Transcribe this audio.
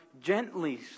gently